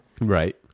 Right